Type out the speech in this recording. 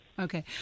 Okay